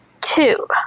Two